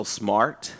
smart